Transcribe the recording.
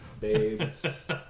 babes